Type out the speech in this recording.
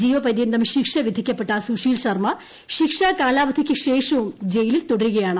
ജീവപര്യന്തം ശിക്ഷ വിധിക്കപ്പെട്ട സുശീൽ ശർമ്മ ശിക്ഷാകാലാവധിക്ക് ശേഷവും ജയിലിൽ തുടരുകയാണ്